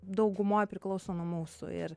daugumoj priklauso nuo mūsų ir